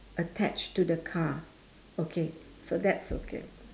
attached to the car okay so that's okay